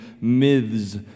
myths